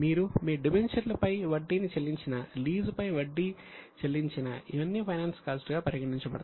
మీరు మీ డిబెంచర్ పై వడ్డీ చెల్లించినా ఇవన్నీ ఫైనాన్స్ కాస్ట్ గా పరిగణించబడతాయి